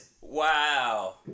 Wow